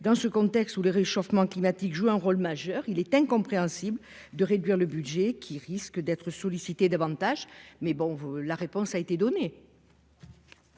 Dans ce contexte où le réchauffement climatique joue un rôle majeur, il est incompréhensible de réduire le budget de ce fonds, qui risque d'être sollicité davantage. Malheureusement, réponse a déjà été donnée